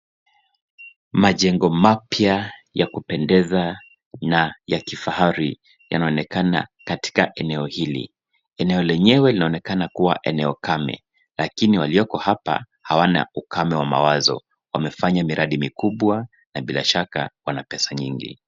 Majengo mapya ya kupendeza na ya kifahari yanaoenekana katika eneo hili. Eneo lenyewe linaonekana kuwa eneo kame lakini walioo hapa hawana ukame wa mawazo. Wamefanya miradi mikubwa na bila shaka wana miradi mingi.